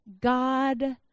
God